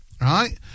Right